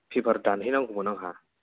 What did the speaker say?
paper दानहैनांगौमोन आंहा